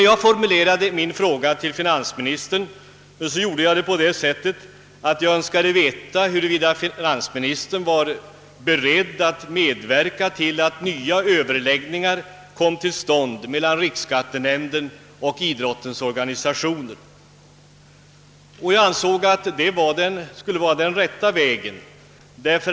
Jag formulerade min fråga till finansministern så att jag önskade veta, huruvida finansministern var beredd att medverka till att nya överläggningar kom till stånd mellan riksskattenämnden och idrottens organisationer. Jag ansåg att det skulle vara den rätta vägen.